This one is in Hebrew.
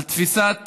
על תפיסת